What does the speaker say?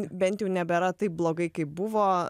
bent jau nebėra taip blogai kaip buvo